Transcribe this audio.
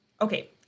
Okay